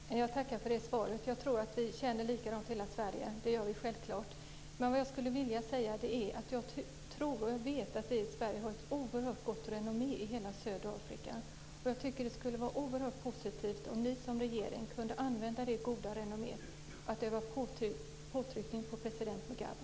Fru talman! Jag tackar för det svaret. Jag tror att hela Sverige känner likadant. Självfallet gör vi det. Vad jag skulle vilja säga är att jag tror och vet att vi i Sverige har ett oerhört gott renommé i hela södra Afrika. Jag tycker att det skulle vara oerhört positivt om ni som regering kunde använda det goda renomméet för att utöva påtryckning på president Mugabe.